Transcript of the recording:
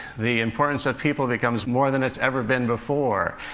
the importance of people becomes more than it's ever been before.